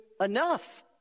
enough